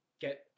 get